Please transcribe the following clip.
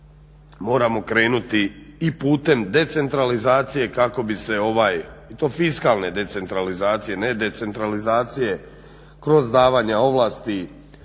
moramo krenuti i putem decentralizacije kako bi se ovaj, i to fiskalne decentralizacije, ne decentralizacije kroz davanja ovlasti